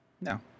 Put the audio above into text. No